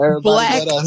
black